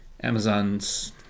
Amazon's